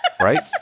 right